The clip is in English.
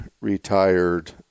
retired